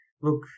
look